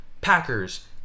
Packers